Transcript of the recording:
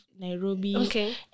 Nairobi